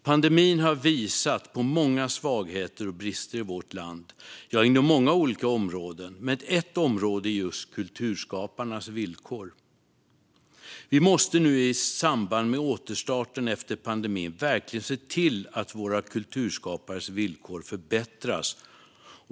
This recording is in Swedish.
Pandemin har visat på många svagheter och brister i vårt land, inom många olika områden. Ett område är just kulturskaparnas villkor. Vi måste nu i samband med återstarten efter pandemin verkligen se till att våra kulturskapares villkor förbättras.